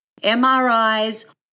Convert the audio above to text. MRIs